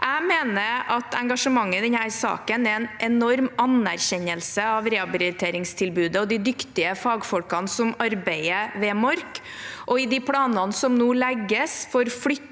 Jeg mener at engasjementet i denne saken er en enorm anerkjennelse av rehabiliteringstilbudet og de dyktige fagfolkene som arbeider ved Mork. Og i de planene som nå legges for flytting,